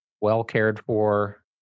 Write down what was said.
well-cared-for